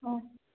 हो